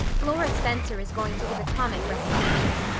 laura spencer is going to give a comic recitation,